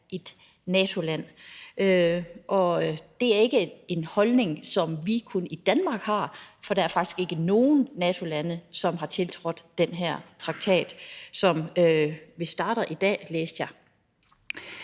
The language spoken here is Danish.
et NATO-land. Og det er ikke kun en holdning, som vi har i Danmark, for der er faktisk ikke nogen NATO-lande, som har tiltrådt den her traktat, som vist træder i kraft i dag, læste jeg.